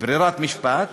ברירת משפט,